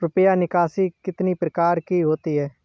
रुपया निकासी कितनी प्रकार की होती है?